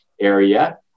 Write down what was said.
area